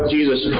Jesus